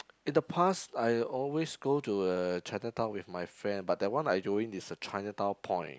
in the past I always go to uh Chinatown with my friend but that one I going is the Chinatown Point